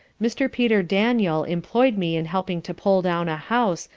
mr. peter daniel employed me in helping to pull down a house,